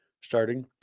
starting